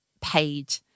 paid